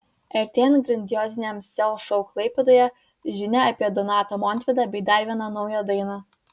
artėjant grandioziniam sel šou klaipėdoje žinia apie donatą montvydą bei dar vieną naują dainą